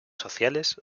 sociales